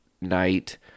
night